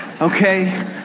Okay